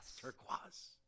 Turquoise